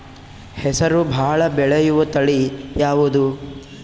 ಹೆಸರು ಭಾಳ ಬೆಳೆಯುವತಳಿ ಯಾವದು?